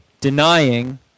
denying